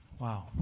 Wow